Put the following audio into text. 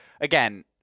again